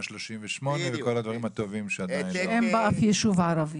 38 ועל כל הדברים הטובים- -- שאין באף ישוב ערבי.